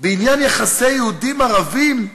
בעניין יחסי יהודים ערבים,